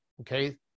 okay